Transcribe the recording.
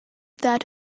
that